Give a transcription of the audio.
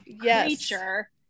creature